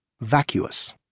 vacuous